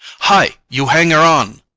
hi! you hanger-on!